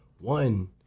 one